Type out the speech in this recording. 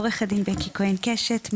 עורכת דין בקי כהן קשת,